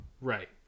right